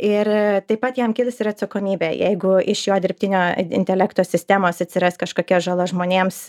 ir taip pat jam kris ir atsakomybė jeigu iš jo dirbtinio intelekto sistemos atsiras kažkokia žala žmonėms